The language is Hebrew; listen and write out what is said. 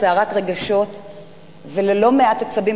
לסערת רגשות וללא מעט עצבים,